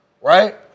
Right